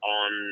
on